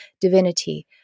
divinity